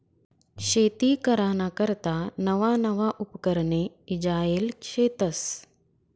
शेती कराना करता नवा नवा उपकरणे ईजायेल शेतस